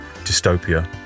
Dystopia